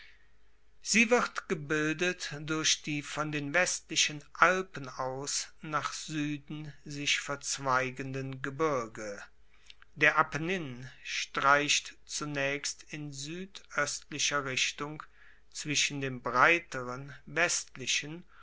sie wird gebildet durch die von den westlichen alpen aus nach sueden sich verzweigenden gebirge der apennin streicht zunaechst in suedoestlicher richtung zwischen dem breiteren westlichen